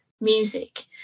music